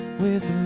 with